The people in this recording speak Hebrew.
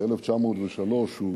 ב-1903, הוא